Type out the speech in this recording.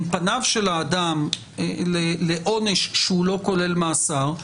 אם פניו של האדם לעונש שהוא לא כולל מאסר,